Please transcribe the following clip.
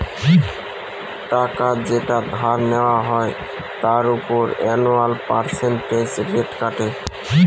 টাকা যেটা ধার নেওয়া হয় তার উপর অ্যানুয়াল পার্সেন্টেজ রেট কাটে